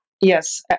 yes